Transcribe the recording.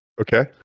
Okay